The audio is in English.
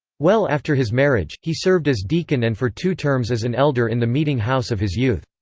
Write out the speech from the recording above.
well after his marriage, he served as deacon and for two terms as an elder in the meeting house of his youth.